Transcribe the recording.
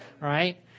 right